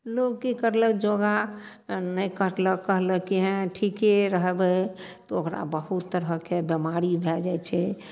लोग की करलक योगा नहि करलक कहलक कि हेँ ठीके रहबय तऽ ओकरा बहुत तरहके बीमारी भए जाइ छै